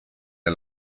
der